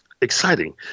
exciting